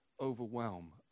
overwhelm